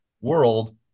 world